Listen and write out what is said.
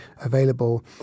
available